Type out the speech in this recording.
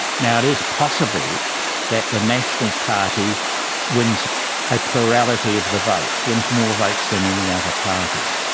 now it is possible that the national party wins a plurality of the votes, wins more votes than any other party,